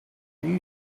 you